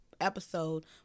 episode